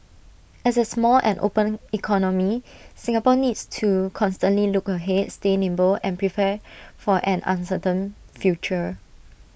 as A small and open economy Singapore needs to constantly look ahead stay nimble and prepare for an uncertain future